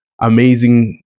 amazing